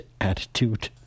attitude